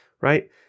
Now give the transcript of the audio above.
Right